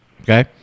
okay